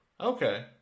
Okay